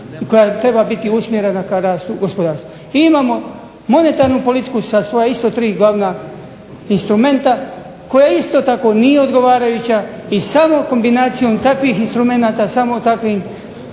koja treba biti usmjerena ka rastu gospodarstva. Imamo monetarnu politiku sa svoja isto tri glavna instrumenta, koja isto tako nije odgovarajuća i samo kombinacijom takvih instrumenata, samo takvom